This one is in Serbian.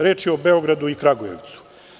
Reč je o Beogradu i Kragujevcu.